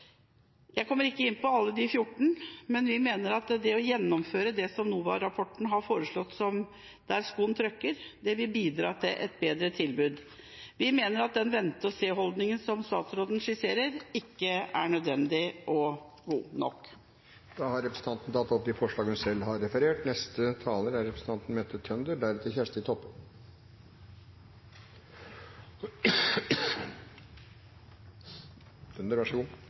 Jeg kommer ikke inn på alle de 14 forslagene, men vi mener at det å gjennomføre det som NOVA-rapporten har foreslått av tiltak der skoen trykker, vil bidra til et bedre tilbud. Vi mener at den vente-og-se-holdninga som statsråden skisserer, ikke er nødvendig og ikke god nok. Representanten Sonja Mandt har tatt opp de forslagene hun